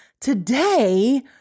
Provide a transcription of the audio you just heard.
today